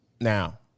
now